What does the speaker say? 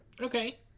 Okay